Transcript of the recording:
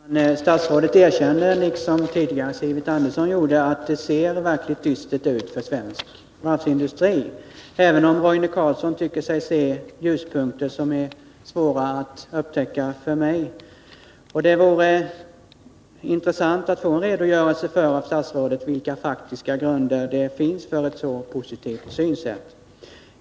Herr talman! Statsrådet erkände, liksom Sivert Andersson tidigare gjorde, att det ser verkligt dystert ut för svensk varvsindustri, även om Roine Carlsson tycker sig se ljuspunkter som jag har svårt att upptäcka. Det vore intressant om statsrådet ville redogöra för vilken grund det finns för ett så positivt synsätt.